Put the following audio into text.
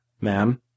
ma'am